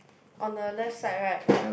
on the left side right